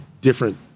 different